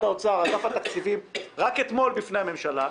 האוצר אגף התקציבים רק אתמול בפני הממשלה.